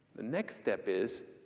the next step is.